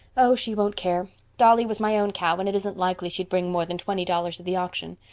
oh, she won't care. dolly was my own cow and it isn't likely she'd bring more than twenty dollars at the auction.